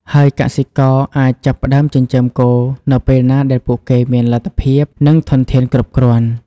ហើយកសិករអាចចាប់ផ្តើមចិញ្ចឹមនៅពេលណាដែលពួកគេមានលទ្ធភាព និងធនធានគ្រប់គ្រាន់។